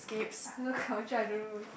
I have no culture I don't even